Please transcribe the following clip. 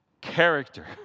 Character